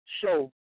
show